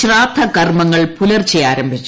ശ്രാദ്ധ കർമ്മങ്ങൾ പുലർച്ചെ ആരംഭിച്ചു